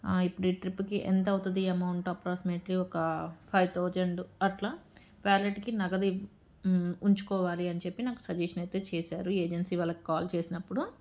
ఇప్పుడు ట్రిప్కి ఎంత అవుతుంది అమౌంట్ అప్రాక్సిమేట్లీ ఒక ఫైవ్ థౌజండ్ అట్లా వ్యాలెట్కి నగదు ఉంచుకోవాలి అని చెప్పి నాకు సజెషన్ అయితే చేశారు ఏజెన్సీ వాళ్ళకి కాల్ చేసినప్పుడు